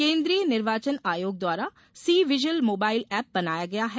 केन्द्रीय निर्वाचन आयोग द्वारा सी विजिल मोबाइल एप्प बनाया गया है